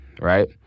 Right